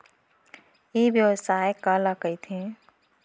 ई व्यवसाय काला कहिथे?